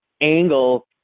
angle